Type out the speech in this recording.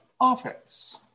offense